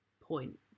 point